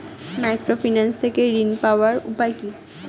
Microfinance থেকে ঋণ পাওয়ার উপায় কি?